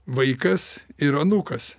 vaikas ir anūkas